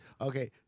Okay